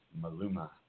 Maluma